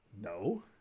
no